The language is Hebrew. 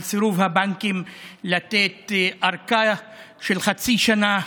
על סירוב הבנקים לתת ארכה של חצי שנה